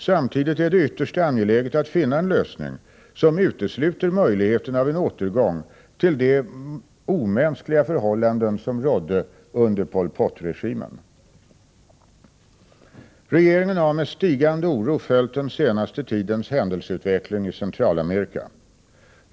Samtidigt är det ytterst angeläget att finna en lösning som utesluter möjligheten av en återgång till de omänskliga förhållanden som rådde under Pol Pot-regimen. Regeringen har med stigande oro följt den senaste tidens händelseutveckling i Centralamerika.